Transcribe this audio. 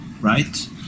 right